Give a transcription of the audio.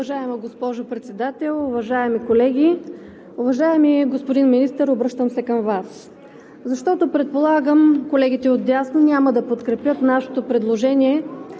Уважаема госпожо Председател, уважаеми колеги! Уважаеми господин Министър, обръщам се към Вас, защото предполагам колегите отдясно няма да подкрепят нашето предложение